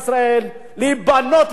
להיבנות בה ולבנות אותה.